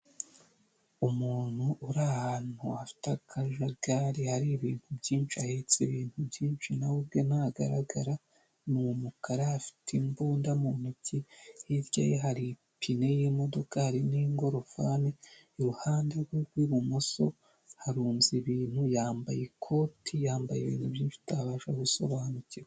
Umuntu uri ahantu afite akajagari hari ibintu byinshi ahetse ibintu byinshi nawe ubwe ntagaragara ni umukara afite imbunda mu ntoki hirya ye hari ipine y'imodokari n'ingorofani iruhande rwe rw'ibumoso harunze ibintu yambaye ikoti, yambaye ibintu byinshi atabasha gusobanukirwa.